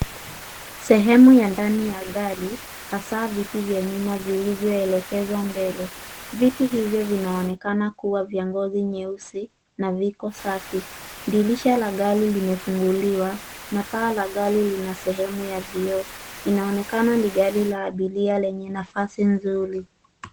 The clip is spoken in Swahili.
Sehemu ya nyuma ya gari, haswa vitu vya nyuma vilivyoelekezwa mbele. Viti hivyo vinaonekana kuwa vya ngozi nyeusi viko safi. Dirisha la gari limefunguliwa na paa la gari lina sehemu ya vioo. Inaonekana ni gari ya abiria lenye nafasi nzuri.